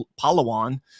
Palawan